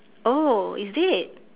oh is it